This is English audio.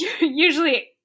usually